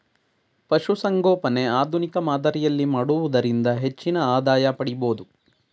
ಪಶುಸಂಗೋಪನೆ ಆಧುನಿಕ ಮಾದರಿಯಲ್ಲಿ ಮಾಡುವುದರಿಂದ ಹೆಚ್ಚಿನ ಆದಾಯ ಪಡಿಬೋದು